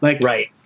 Right